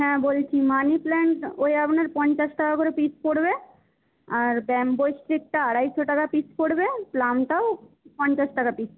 হ্যাঁ বলছি money plant ওই আপনার পঞ্চাশ টাকা করে পিস পড়বে আর ব্যাম্বু স্টিকটা আড়াইশো টাকা করে পিস পড়বে প্লামটাও পঞ্চাশ টাকা পিস